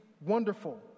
wonderful